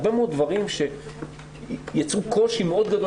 הרבה מאוד דברים שיצרו קושי מאוד גדול